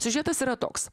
siužetas yra toks